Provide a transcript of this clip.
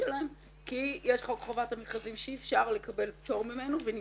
כי יש את חוק חובת המכרזים שאי אפשר לקבל פטור ממנו וניסינו.